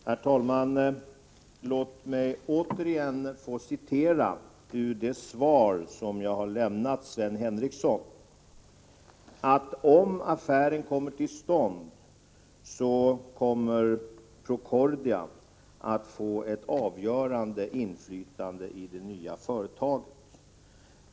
Herr talman! Låt mig få hänvisa till det svar som jag har lämnat Sven Henricsson och där det står att om affären kommer till stånd, så kommer Procordia att få ett avgörande inflytande i det nya företaget.